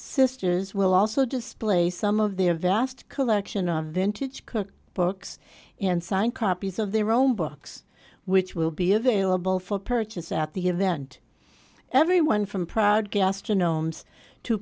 sisters will also display some of their vast collection of vintage cook books and sign copies of their own books which will be available for purchase at the event everyone from proud gas to gnomes t